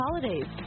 holidays